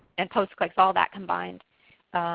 and post clicks, all that combined.